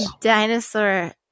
Dinosaur